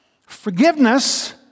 Forgiveness